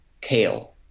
kale